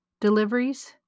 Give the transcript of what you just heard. deliveries